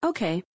Okay